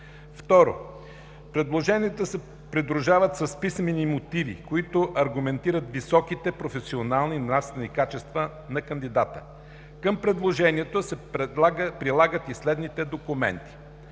2. Предложенията се придружават с писмени мотиви, които аргументират високите професионални и нравствени качества на кандидата. Към предложението се прилагат следните документи: